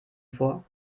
vor